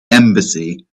embassy